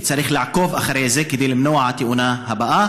וצריך לעקוב אחרי זה כדי למנוע את התאונה הבאה.